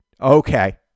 Okay